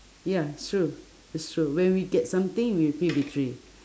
ya it's true it's true when we get something we will feel victory